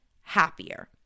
happier